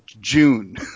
June